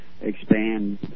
expand